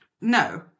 no